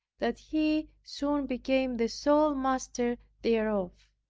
that he soon became the sole master thereof.